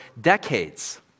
decades